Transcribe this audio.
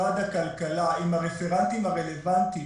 משרד הכלכלה, עם הרפרנטים הרלבנטיים